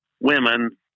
women